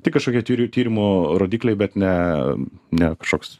tik kažkokie tirių tyrimų rodikliai bet ne nea kažkoks